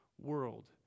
world